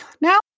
now